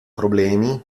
problemi